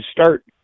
start